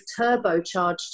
turbocharged